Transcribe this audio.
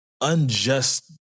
unjust